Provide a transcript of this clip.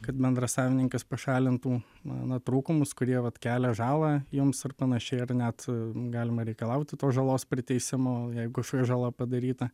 kad bendrasavininkas pašalintų na na trūkumus kurie vat kelia žalą jums ar panašiai ar net galima reikalauti tos žalos priteisimo jeigu kažkokia žala padaryta